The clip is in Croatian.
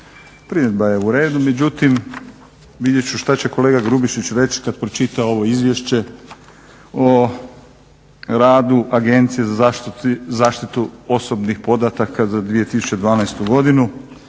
Primjedba je u redu, međutim vidjet ću šta će kolega Grubišić reć kad pročita ovo izvješće o radu Agencije za zaštitu osobnih podataka za 2012.godinu